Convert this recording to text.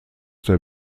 der